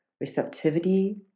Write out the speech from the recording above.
receptivity